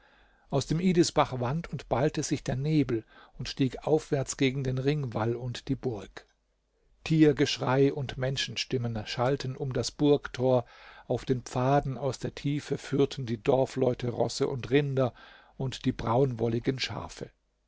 aus dem idisbach wand und ballte sich der nebel und stieg aufwärts gegen den ringwall und die burg tiergeschrei und menschenstimmen schallten um das burgtor auf den pfaden aus der tiefe führten die dorfleute rosse und rinder und die braunwolligen schafe